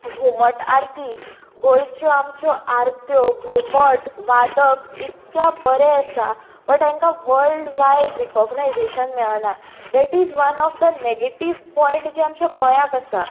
घुमट आरती गोंयच्यो आमच्यो आरत्यो घुमट वादक इतक्या बरें आसां पण तेंकां वल्ड वायड रिकोगनायजेशन मेळना that is one of the negative point जे आमच्या गोंयाक आसा